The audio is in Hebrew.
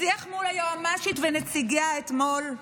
השיח מול היועמ"שית ונציגיה אתמול,